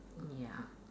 ya